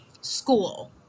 school